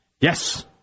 yes